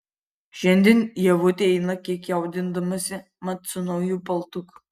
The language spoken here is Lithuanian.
šiandien ievutė eina kiek jaudindamasi mat su nauju paltuku